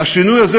השינוי הזה,